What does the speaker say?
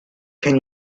can